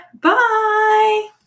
bye